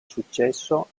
successo